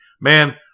Man